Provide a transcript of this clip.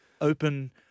open